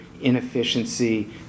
inefficiency